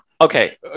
Okay